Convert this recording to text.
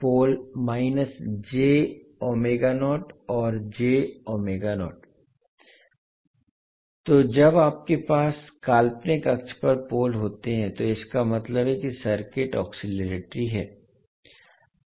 पोल और हैं तो जब आपके पास काल्पनिक अक्ष पर पोल होते हैं तो इसका मतलब है कि सर्किट ओस्किलटरी है